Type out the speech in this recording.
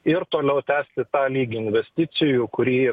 ir toliau tęsti tą lygį investicijų kurį